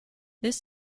this